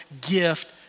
gift